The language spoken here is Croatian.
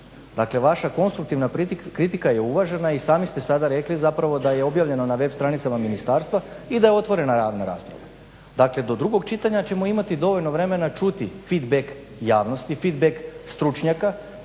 Dakle, vaša konstruktivna kritika je uvažena i sami ste sada rekli zapravo da je objavljeno na web stranicama ministarstva i da je otvorena javna rasprava. Dakle, do drugog čitanja ćemo imati dovoljno vremena čuti feedback javnosti, feedback stručnjaka